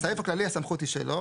בסעיף הזה הכללי הסמכות היא שלו,